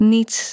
Niet